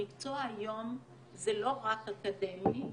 המקצוע היום זה לא רק אקדמי,